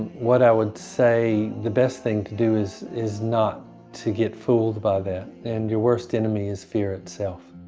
what i would say the best thing to do is is not to get fooled by that, and your worst enemy is the fear itself.